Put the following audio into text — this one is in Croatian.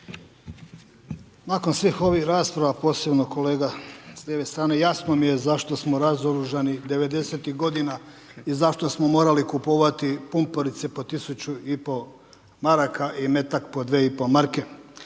Nakon svih ovih rasprava, posebno kolege s lijeve strane jasno mi je zašto smo razoružani 90-tih godina i zašto smo morali kupovati pumparice po tisuću i pol maraka i metak po 2 i pol marke.